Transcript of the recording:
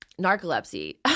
narcolepsy